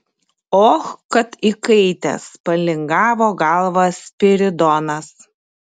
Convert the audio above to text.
och kad įkaitęs palingavo galvą spiridonas